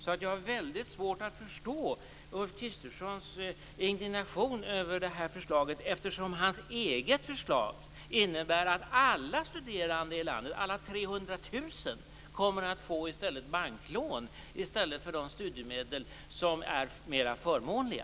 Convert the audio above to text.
Jag har därför väldigt svårt att förstå Ulf Kristerssons indignation över detta förslag, eftersom hans eget förslag innebär att alla 300 000 studerande i landet kommer att få banklån i stället för de studiemedel som är mer förmånliga.